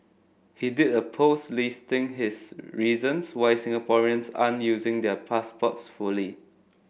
he did a post listing his reasons why Singaporeans aren't using their passports fully